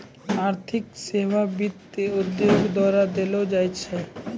आर्थिक सेबा वित्त उद्योगो द्वारा देलो जाय छै